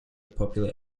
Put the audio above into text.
popular